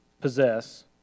possess